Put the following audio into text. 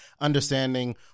understanding